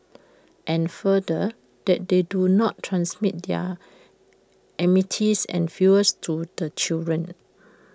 and further that they do not transmit their enmities and feuds to the children